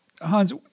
Hans